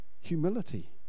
Humility